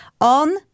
on